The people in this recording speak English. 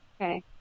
okay